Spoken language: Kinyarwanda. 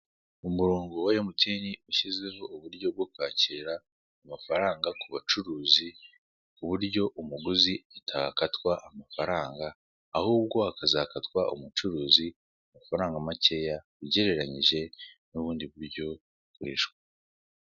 Umuronko wa MTN wa ushizeho uburyo bwo kwakira amafaranga kubacuruzi kuburyo umuguzi atakatwa amafaranga ahubwo hakazakatwa umucuruzi amafaranga makeya ugereranyije n'ubundi buryo bwo kwishyura.